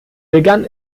begann